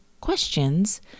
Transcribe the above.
questions